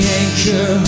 anchor